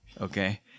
okay